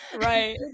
Right